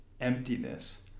emptiness